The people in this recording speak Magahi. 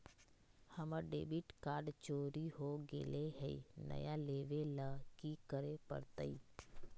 हमर डेबिट कार्ड चोरी हो गेले हई, नया लेवे ल की करे पड़तई?